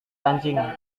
anjing